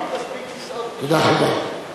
יהיו מספיק כיסאות, תודה רבה.